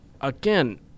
again